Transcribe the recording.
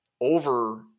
over